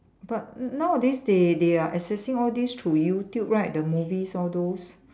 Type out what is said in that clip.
but nowadays they they are assessing all these through YouTube right the movies all those